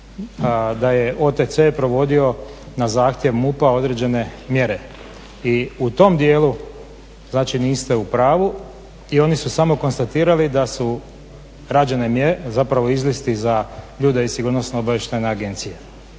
da je OTC provodio na zahtjev MUP-a određene mjere. I u tom dijelu znači niste u pravu i oni su samo konstatirali da su rađene mjere, zapravo izlisti za ljude iz SOA-e. A što se tiče